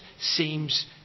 seems